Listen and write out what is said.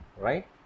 Right